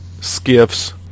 skiffs